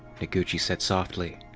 noguchi said softly.